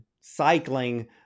cycling